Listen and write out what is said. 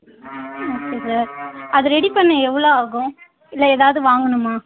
okay sir அது ready பண்ண எவ்வளோ ஆகும் இல்லை ஏதாவது வாங்கணுமா